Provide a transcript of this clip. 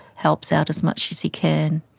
helps out as much as he can.